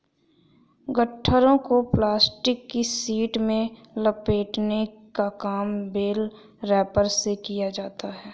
गट्ठरों को प्लास्टिक की शीट में लपेटने का काम बेल रैपर से किया जाता है